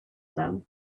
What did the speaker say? them